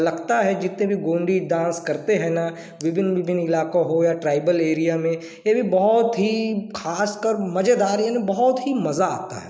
लगता है जीतने भी गोंडी डांस करते हैं न विभिन्न विभिन्न इलाके हो या ट्राइबल एरिया में ये भी बहुत ही खासकर मजेदार यानि बहुत ही मजा आता है